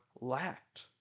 lacked